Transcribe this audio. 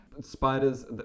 spiders